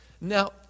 Now